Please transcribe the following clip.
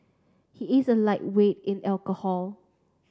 he is a lightweight in alcohol